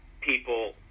people